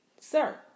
Sir